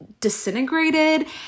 disintegrated